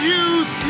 use